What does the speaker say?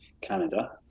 Canada